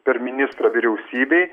per ministrą vyriausybei